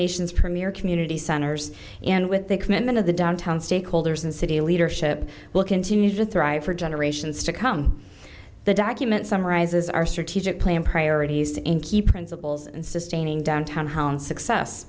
nation's premier community centers and with the commitment of the downtown stakeholders and city leadership will continue to thrive for generations to come the document summarizes our strategic plan priorities in key principles and sustaining downtown hound success